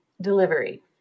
delivery